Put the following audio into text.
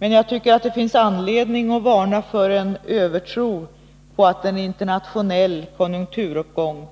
Men jag tycker att det finns anledning att varna för en övertro på att en internationell konjunkturuppgång